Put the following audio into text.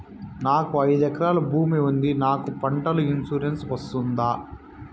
నాకు ఐదు ఎకరాల భూమి ఉంది నాకు పంటల ఇన్సూరెన్సుకు వస్తుందా?